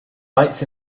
lights